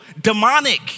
demonic